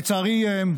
לצערי,